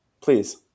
please